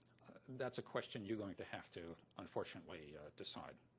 that's a question you're going to have to unfortunately decide.